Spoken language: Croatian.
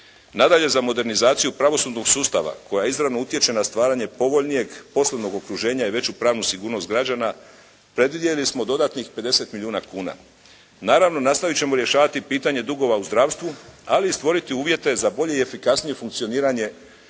Nadalje, za modernizaciju pravosudnog sustava, koja izravno utječe na stvaranje povoljnijeg poslovnog okruženja i veću pravnu sigurnost građana, predvidjeli smo dodatnih 50 milijuna kuna. Naravno, nastavit ćemo rješavanje pitanja dugova u zdravstvu, ali i stvoriti uvjete za bolje i efikasnije funkcioniranje